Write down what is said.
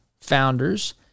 founders